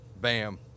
bam